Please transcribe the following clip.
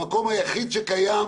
המקום היחיד שקיים